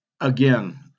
again